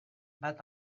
bat